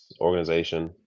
organization